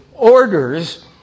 orders